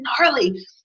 gnarly